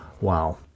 wow